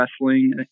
wrestling